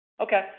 Okay